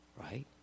Right